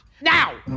now